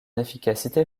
efficacité